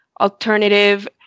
alternative